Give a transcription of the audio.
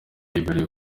yibereye